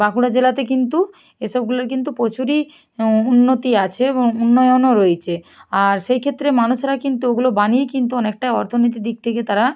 বাঁকুড়া জেলাতে কিন্তু এসবগুলোর কিন্তু প্রচুরই উন্নতি আছে এবং উন্নয়নও রয়েছে আর সেই ক্ষেত্রে মানুষরা কিন্তু ওগুলো বানিয়ে কিন্তু অনেকটা অর্থনীতি দিক থেকে তারা